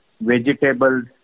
vegetables